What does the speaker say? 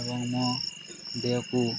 ଏବଂ ମୋ ଦେହକୁ